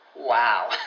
Wow